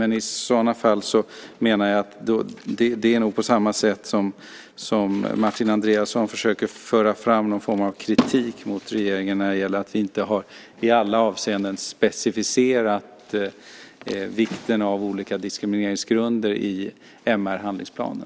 Men i sådana fall är det nog på samma sätt som när Martin Andreasson försöker föra fram någon form av kritik mot regeringen när det gäller att vi inte i alla avseenden har specificerat vikten av olika diskrimineringsgrunder i MR-handlingsplanen.